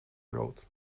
brood